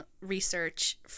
research